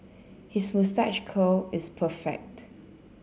his moustache curl is perfect